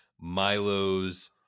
Milo's